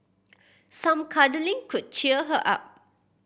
some cuddling could cheer her up